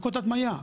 בדיקות הדמיה,